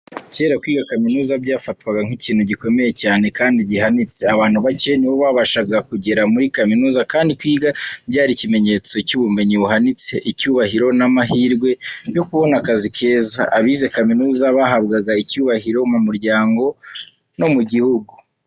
Kera, kwiga kaminuza byafatwaga nk’ikintu gikomeye cyane kandi gihanitse. Abantu bake nibo babashaga kugera muri kaminuza, kandi kwiga byari ikimenyetso cy’ubumenyi buhanitse, icyubahiro n’amahirwe yo kubona akazi keza. Abize kaminuza bahabwaga icyubahiro mu muryango no mu gihugu.